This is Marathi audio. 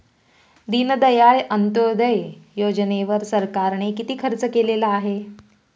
दीनदयाळ अंत्योदय योजनेवर सरकारने किती खर्च केलेला आहे?